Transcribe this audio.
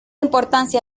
importancia